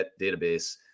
database